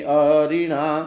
arina